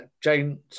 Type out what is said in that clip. Jane